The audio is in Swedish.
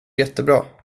jättebra